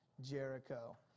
Jericho